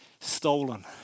stolen